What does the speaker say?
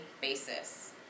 basis